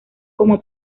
como